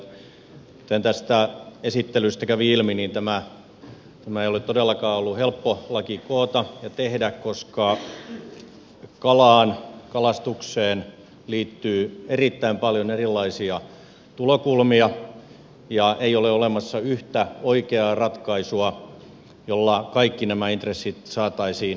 kuten tästä esittelystä kävi ilmi tämä ei ole todellakaan ollut helppo laki koota ja tehdä koska kalaan kalastukseen liittyy erittäin paljon erilaisia tulokulmia ja ei ole olemassa yhtä oikeaa ratkaisua jolla kaikki nämä intressit saataisiin yhdistettyä